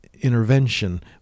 intervention